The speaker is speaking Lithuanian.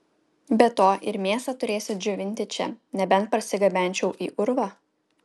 be to ir mėsą turėsiu džiovinti čia nebent parsigabenčiau į urvą